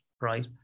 right